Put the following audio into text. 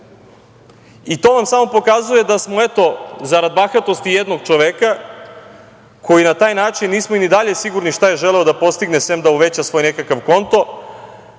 vam samo pokazuje da smo zarad bahatosti jednog čoveka koji na taj način, nismo i dalje sigurni šta je želeo da postigne, sem da uveća svoj nekakav konto,